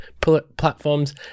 platforms